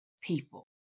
people